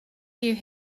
you